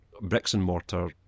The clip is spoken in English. bricks-and-mortar